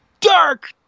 dark